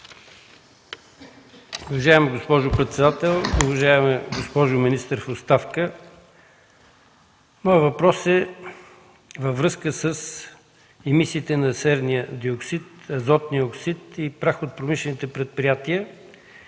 Уважаема госпожо председател, уважаема госпожо министър в оставка! Моят въпрос е във връзка с емисиите на серния диоксид, азотния оксид и праха от промишлените предприятия.